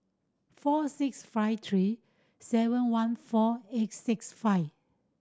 four six five three seven one four eight six five